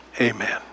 amen